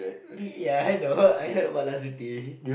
ya I know I heard about last duty